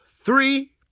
three